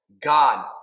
God